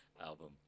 album